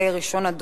מס' 5081 ו-5138.